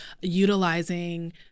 utilizing